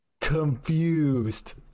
confused